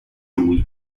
lui